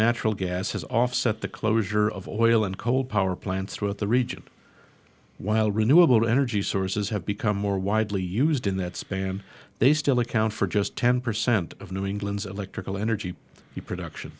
natural gas has offset the closure of oil and coal power plants throughout the region while renewable energy sources have become more widely used in that span they still account for just ten percent of new england's electrical energy production